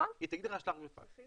אפשר לשלוח גם בפקס.